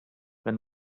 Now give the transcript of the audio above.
wenn